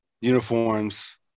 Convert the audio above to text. Uniforms